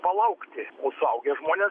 palaukti o suaugę žmonės